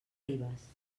ribes